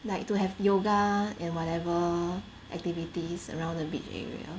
like to have yoga and whatever activities around the beach area